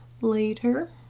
later